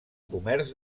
comerç